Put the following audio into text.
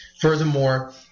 Furthermore